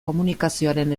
komunikazioaren